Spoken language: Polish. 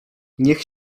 niech